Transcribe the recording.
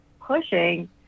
pushing